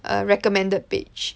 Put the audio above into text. err recommended page